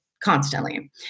constantly